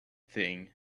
thing